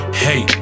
hey